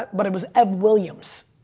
but it was ev williams.